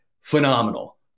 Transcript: Phenomenal